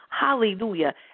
Hallelujah